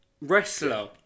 Wrestler